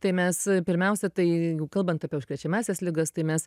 tai mes pirmiausia tai kalbant apie užkrečiamąsias ligas tai mes